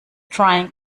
trying